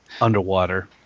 underwater